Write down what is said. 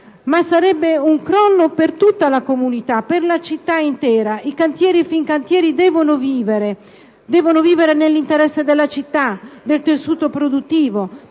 ma sarebbe un crollo per tutta la comunità, per la città intera. I cantieri Fincantieri devono vivere nell'interesse della città, del tessuto produttivo